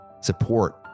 Support